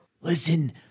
Listen